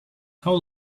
how